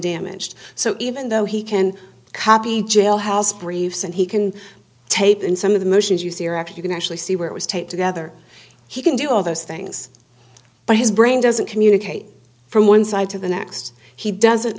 damaged so even though he can copy jailhouse briefs and he can tape in some of the motions you see or actually you can actually see where it was taped together he can do all those things but his brain doesn't communicate from one side to the next he doesn't